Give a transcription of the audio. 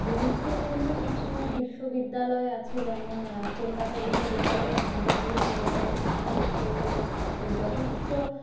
গুরুত্বপূর্ণ কিছু বিশ্ববিদ্যালয় আছে যেমন কলকাতা বিশ্ববিদ্যালয় এবং আমাদের বহু পুরনো অনেক পুরনো যথেষ্ট